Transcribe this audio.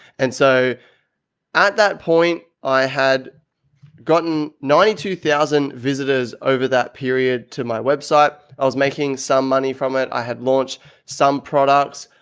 and so at that point i had gotten ninety two thousand visitors over that period to my website. i was making some money from it. i had launched some products.